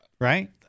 right